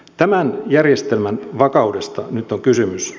tämän järjestelmän vakaudesta nyt on kysymys